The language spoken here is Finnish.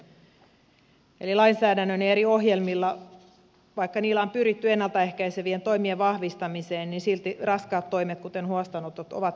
vaikka lainsäädännöllä ja eri ohjelmilla on pyritty ennalta ehkäisevien toimien vahvistamiseen niin silti raskaat toimet kuten huostaanotot ovat lisääntyneet